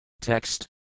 Text